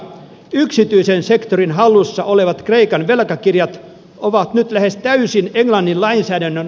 yksityisen sektorin hallussa olevat kreikan velkakirjat ovat nyt lähes täysin englannin lainsäädännön